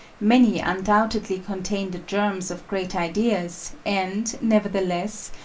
many undoubtedly contain the germs of great ideas, and, nevertheless,